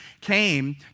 came